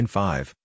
five